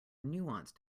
nuanced